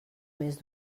més